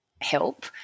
help